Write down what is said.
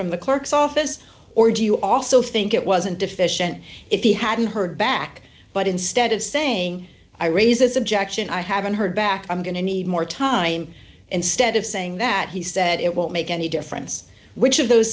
from the clerk's office or do you also think it wasn't deficient if he hadn't heard back but instead of saying i raise as objection i haven't heard back i'm going to need more time instead of saying that he said it won't make any difference which of those